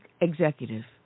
executive